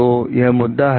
तो यह मुद्दा है